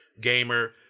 gamer